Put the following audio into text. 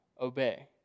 Obey